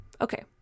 Okay